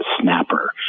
snapper